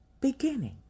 beginning